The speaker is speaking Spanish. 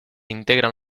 integran